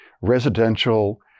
residential